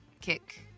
kick